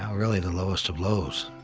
um really, the lowest of lows.